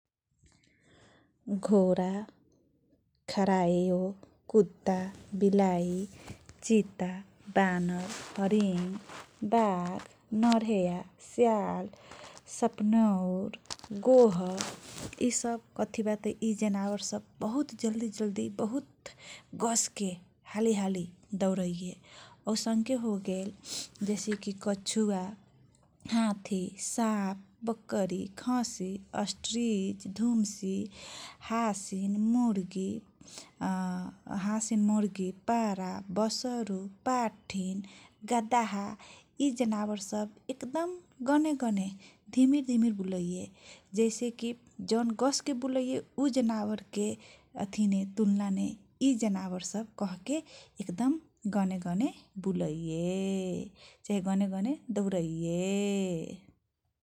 घोरा ,खरायो, कुता, बिलाइ ,चिता बानर, हरिङ, बाघ, नरेहा ,स्याल, सपनौर, गोह ,इसब कथि बाते इ जनावर सब बहुत जल्दी जल्दी बहुत गसके हालीहाली दउरैये आउसनके होगेल । जैसेकी, कछुवा, हाति, साप, बकरी, खसी, अस्ट्रीज, धुम्सी हाँसीन मुर्गी हाँसिन, मुर्गी, पारा, बसरू, पाठीन, गादाहा, इ जनावर सब एक दम गने गने घिमीर घिमीर बुलैये । जैसेकी जवन गसके बुलैये उ जनावरके अथिने तुलनाने इ जनावर सब कहके एकदम गने गने बुलैये चाहे गने गने दौरैये!